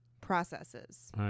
processes